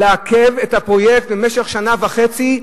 ולעכב את הפרויקט במשך שנה וחצי,